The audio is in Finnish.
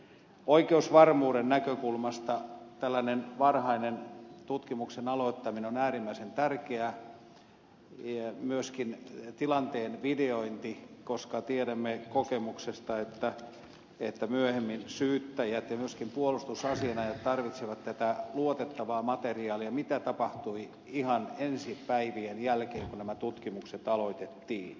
oikeusvarmuuden näkökulmasta tällainen varhainen tutkimuksen aloittaminen on äärimmäisen tärkeää myöskin tilanteen videointi koska tiedämme kokemuksesta että myöhemmin syyttäjät ja myöskin puolustusasianajajat tarvitsevat tätä luotettavaa materiaalia siitä mitä tapahtui ihan ensi päivien jälkeen kun nämä tutkimukset aloitettiin